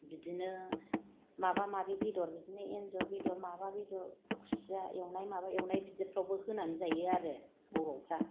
बिदिनो माबा माबे बेदर बिदिनो एन्जर बेदर माबा बेदर खुसिया एवनाय माबा एवनाय बिदिफोरावबो होनान जायो आरो बर'फोरा